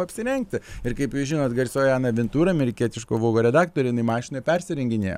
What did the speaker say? apsirengti ir kaip jūs žinot garsioji ana vintura amerikietiško vaugo redaktorė inai mašinoj persirenginėja